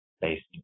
based